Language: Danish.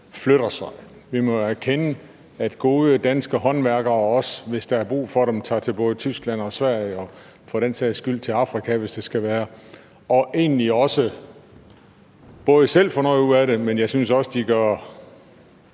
flytter sig. Vi må jo erkende, at gode danske håndværkere, hvis der er brug for dem, også tager til både Tyskland og Sverige og for den sags skyld til Afrika, hvis det skal være – og de får både selv noget ud af det, men jeg synes også, at de gør